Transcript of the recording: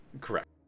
correct